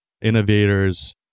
innovators